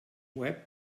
web